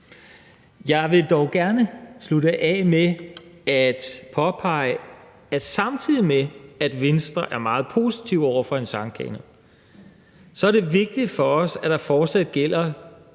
Jeg vil dog gerne slutte af med at påpege, at samtidig med at Venstre er meget positiv over for en sangkanon, er det vigtigt for os, at der fortsat gælder